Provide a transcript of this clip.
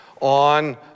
on